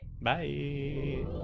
Bye